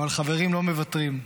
אבל חברים לא מוותרים.